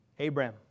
Abraham